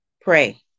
pray